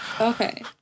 Okay